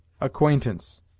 ACQUAINTANCE